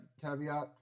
Caveat